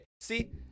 See